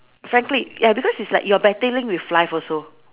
frankly ya because it's like you're battling with life also